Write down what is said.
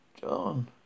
John